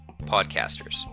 Podcasters